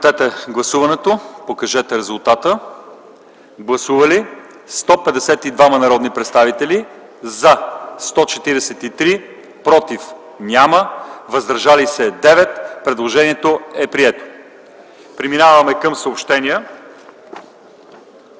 Преминаваме към съобщения.